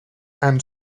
and